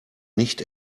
nicht